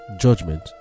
judgment